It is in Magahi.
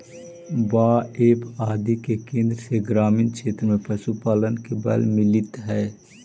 बाएफ आदि के केन्द्र से ग्रामीण क्षेत्र में पशुपालन के बल मिलित हइ